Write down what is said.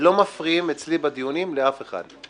לא מפריעים אצלי בדיונים לאף אחד.